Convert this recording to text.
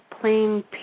plain